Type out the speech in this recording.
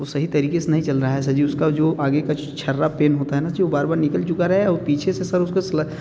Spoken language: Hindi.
वो सही तरीक़े से नहीं चल रहा हैं सर जी उसका जो आगे का छर्रा पेन होता है ना वो बार बार निकल चुका रहा है और पीछे से सर उसको सला